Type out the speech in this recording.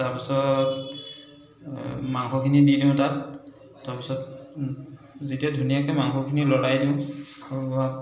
তাৰ পাছত মাংসখিনি দি দিওঁ তাত তাৰ পাছত যেতিয়া ধুনীয়াকৈ মাংসখিনি লৰাই দিওঁ